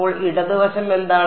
അപ്പോൾ ഇടത് വശം എന്താണ്